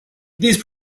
these